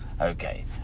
Okay